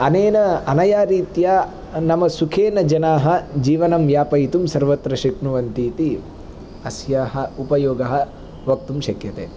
अनेन अनया रीत्या नाम सुखेन जनाः जीवनं व्यापयितुं सर्वत्र शक्नुवन्ति इति अस्याः उपयोगः वक्तुं शक्यते